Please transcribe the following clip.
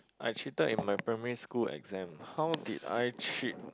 I cheated in my primary school exam how did I cheat